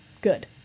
good